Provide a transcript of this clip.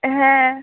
হ্যাঁ